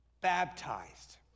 baptized